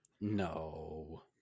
No